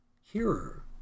Hearer